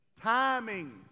Timing